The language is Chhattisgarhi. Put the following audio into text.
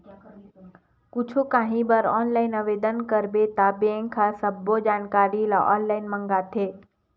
कुछु काही बर ऑनलाईन आवेदन करबे त बेंक ह सब्बो जानकारी ल ऑनलाईन मांगथे